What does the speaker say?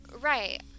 right